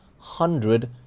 hundred